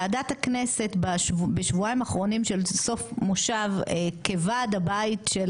ועדת הכנסת בשבועיים אחרונים של סוף מושב כוועד הבית של